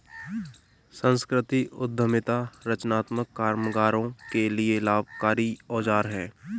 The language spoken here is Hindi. संस्कृति उद्यमिता रचनात्मक कामगारों के लिए लाभकारी औजार है